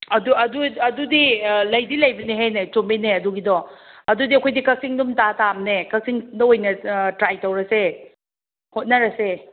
ꯑꯗꯣ ꯑꯗꯨꯗꯤ ꯂꯩꯗꯤ ꯂꯩꯕꯅꯤꯍꯦꯅꯦ ꯆꯨꯝꯃꯤꯅꯦ ꯑꯗꯨꯒꯤꯗꯣ ꯑꯗꯨꯗꯤ ꯑꯩꯈꯣꯏꯗꯤ ꯀꯛꯆꯤꯡ ꯑꯗꯨꯝ ꯇꯥꯇꯥꯕꯅꯦ ꯀꯛꯆꯤꯡꯗ ꯑꯣꯏꯅ ꯇ꯭ꯔꯥꯏ ꯇꯧꯔꯁꯦ ꯍꯣꯠꯅꯔꯁꯦ